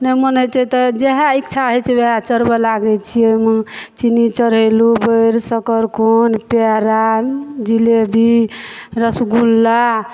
नहि मोन होइ छै तऽ जएह इच्छा होइ छै वएह चढ़बऽ लागय छियै माँ चीनी चढ़ेलहुँ बैर शकरकन्द पेड़ा जिलेबी रसगुल्ला